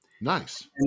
Nice